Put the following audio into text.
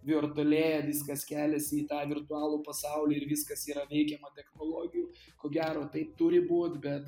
viurtualėja viskas keliasi į tą virtualų pasaulį ir viskas yra veikiama technologijų ko gero taip turi būti bet